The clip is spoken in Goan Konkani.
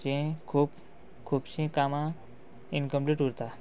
जी खूब खुबशीं कामां इनकमप्लीट उरता